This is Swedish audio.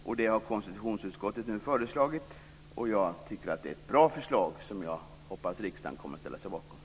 Jag tycker att konstitutionsutskottets förslag är bra, och jag hoppas att riksdagen kommer att ställa sig bakom det.